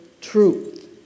truth